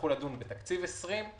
אני